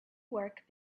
work